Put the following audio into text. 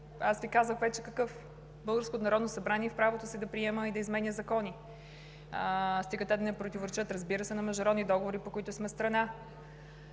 аз Ви казах вече, българското Народно събрание е в правото си да приема и да изменя закони, стига те да не противоречат, разбира се, на международни договори, по които сме страна.